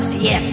yes